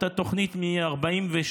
אותה תוכנית מ-1947,